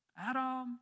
Adam